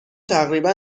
تقریبا